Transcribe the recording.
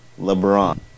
LeBron